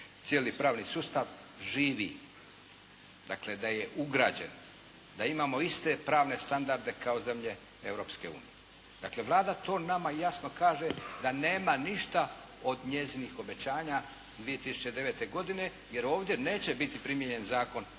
cijeli pravni sustav živi, dakle da je ugrađen, da imamo iste pravne standarde kao zemlje Europske unije. Dakle Vlada to nama jasno kaže da nema ništa od njezinih obećanja 2009. godine, jer ovdje neće biti primijenjen zakon